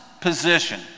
position